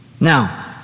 Now